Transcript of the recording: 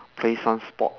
play some sports